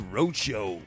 Roadshow